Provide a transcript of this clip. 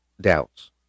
doubts